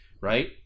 right